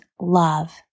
love